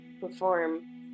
perform